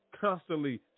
constantly